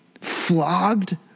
flogged